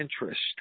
interest